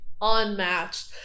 unmatched